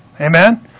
Amen